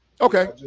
Okay